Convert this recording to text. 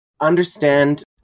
Understand